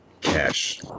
Cash